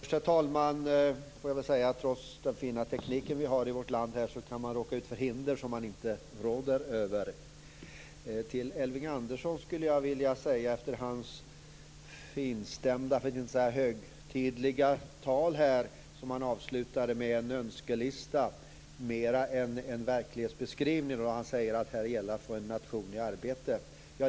Herr talman! Trots den fina teknik vi har i vårt land kan man råka ut för hinder som man inte råder över. Elving Andersson höll ett finstämt för att inte säga högtidligt tal. Han avslutade med en önskelista mer än en verklighetsbeskrivning när han sade att det gäller att få en nation i arbete.